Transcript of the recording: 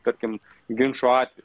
tarkim ginčo atveju